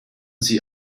sie